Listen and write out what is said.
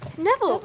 neville,